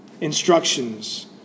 instructions